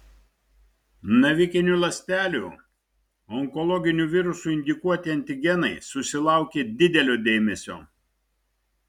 navikinių ląstelių onkologinių virusų indukuoti antigenai susilaukė didelio dėmesio